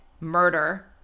murder